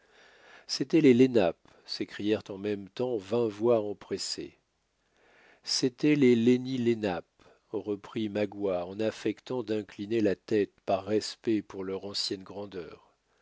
c'étaient les lenapes s'écrièrent en même temps vingt voix empressés c'étaient les lenni lenapes reprit magua en affectant d'incliner la tête par respect pour leur ancienne grandeur